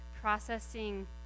processing